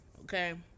Okay